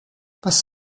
was